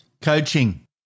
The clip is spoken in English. Coaching